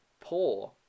poor